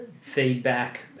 feedback